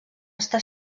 està